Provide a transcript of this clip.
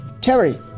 Terry